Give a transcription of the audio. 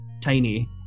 tiny